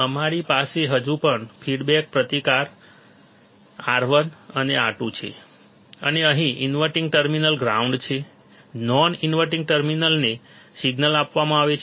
અમારી પાસે હજુ પણ ફીડબેક પ્રતિકાર R1 અને R2 છે અને અહીં ઇન્વર્ટીંગ ટર્મિનલ ગ્રાઉન્ડ છે નોન ઇન્વર્ટીંગ ટર્મિનલને સિગ્નલ આપવામાં આવે છે